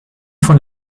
von